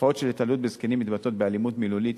תופעות של התעללות בזקנים מתבטאות באלימות מילולית,